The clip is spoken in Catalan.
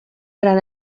gran